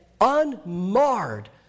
unmarred